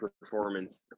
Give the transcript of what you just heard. performance